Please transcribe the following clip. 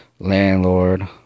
landlord